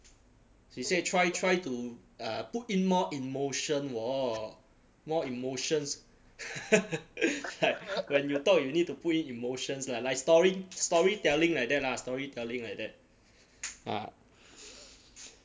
she said try try to uh put in more emotion [wor] more emotions when you talk you need to put in emotions like story storytelling like that lah storytelling like that ah